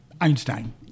Einstein